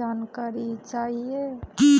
जानकारी चाहिए